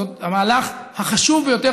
זה המהלך החשוב ביותר,